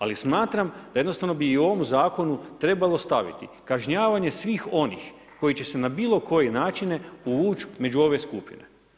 Ali smatram da jednostavno bi i u ovom zakonu trebalo staviti kažnjavanje svih onih koji će se na bilo koji načine uvući među ove skupine.